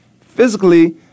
Physically